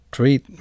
Treat